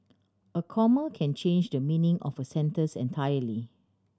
a comma can change the meaning of a sentence entirely